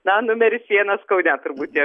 na numeris vienas kaune turbūt tiek